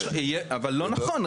אבל לא נכון.